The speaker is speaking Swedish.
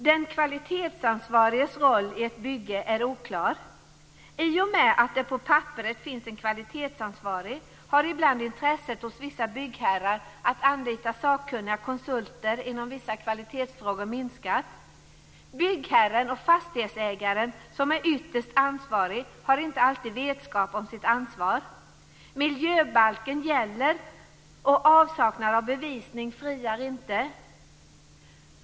Den kvalitetsansvariges roll i ett bygge är oklar. I och med att det på papperet finns en kvalitetsansvarig har ibland intresset hos vissa byggherrar att anlita sakkunniga konsulter inom vissa kvalitetsfrågor minskat. Byggherren och fastighetsägaren som är ytterst ansvarig har inte alltid vetskap om sitt ansvar. Miljöbalken gäller, och avsaknad av bevisning friar inte.